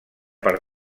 per